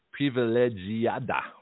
privilegiada